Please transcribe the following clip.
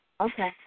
Okay